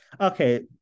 Okay